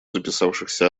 записавшихся